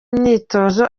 imyitozo